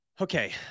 okay